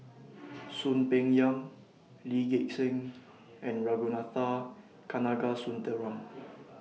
Soon Peng Yam Lee Gek Seng and Ragunathar Kanagasuntheram